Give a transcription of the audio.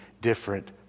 different